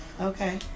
Okay